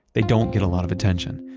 they don't get a lot of attention.